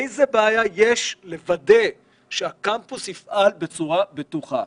איזה בעיה יש לוודא שהקמפוס יפעל בצורה בטוחה?